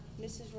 Mrs